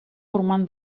урман